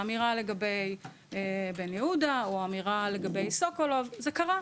האמירה לגבי בן-יהודה או האמירה לגבי סוקולוב זה קרה.